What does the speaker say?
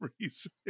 reason